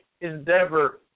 endeavor